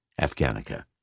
afghanica